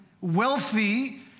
wealthy